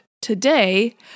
today